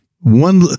One